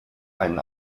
einen